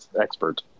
expert